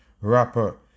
rapper